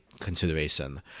consideration